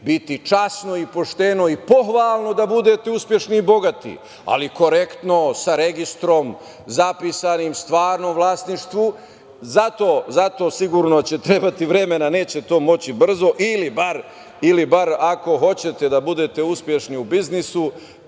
biti časno i pošteno i pohvalno da budete uspešni i bogati, ali korektno, sa registrom, zapisanim stvarnim vlasništvom. Zato sigurno će trebati vremena, neće to moći brzo. Ili, bar, ako hoćete da bude uspešni u biznisu